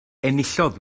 enillodd